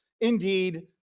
indeed